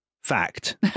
fact